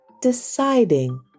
Deciding